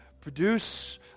produce